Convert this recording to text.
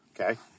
okay